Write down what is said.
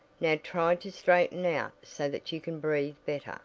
now try to straighten out so that you can breathe better